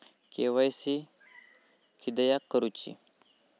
KYC किदयाक करूची?